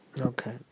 okay